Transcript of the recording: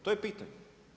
To je pitanje.